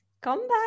comeback